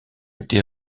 été